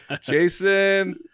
Jason